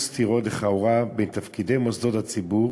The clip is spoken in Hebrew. סתירות לכאורה בין תפקידי מוסדות הציבור